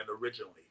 originally